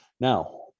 Now